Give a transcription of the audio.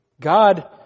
God